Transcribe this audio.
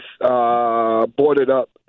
boarded-up